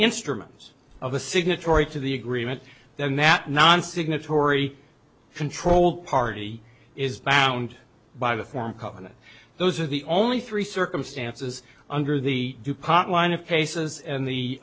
instrument of a signatory to the agreement then that non signatory control party is bound by a foreign company those are the only three circumstances under the dupont line of cases and